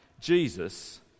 Jesus